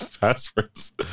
passwords